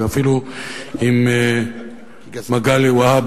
ואפילו עם מגלי והבה.